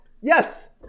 yes